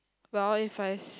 well if I